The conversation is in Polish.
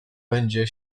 będzie